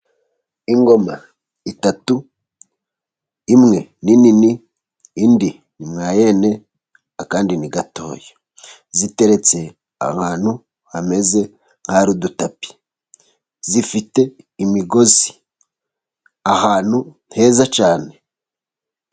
Ingoma eshatu imwe ni nini indi ni mwayene akandi ni gatoya. Ziteretse ahantu hameze nk'ahari udutapi, zifite imigozi ahantu heza cyane.